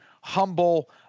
humble